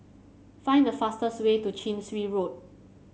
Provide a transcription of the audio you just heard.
find the fastest way to Chin Swee Road